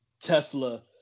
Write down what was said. Tesla